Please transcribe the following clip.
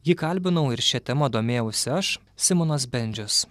jį kalbinau ir šia tema domėjausi aš simonas bendžius